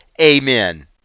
amen